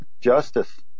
justice